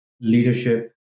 leadership